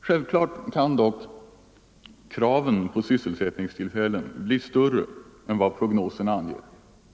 Självklart kan dock kraven på sysselsättningstillfällen bli större än vad prognoserna anger.